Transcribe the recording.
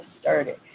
started